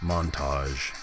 Montage